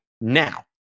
now